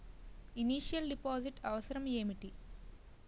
Initial deposit అవసరం ఏమిటి?